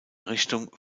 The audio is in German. richtung